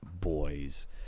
boys